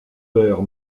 père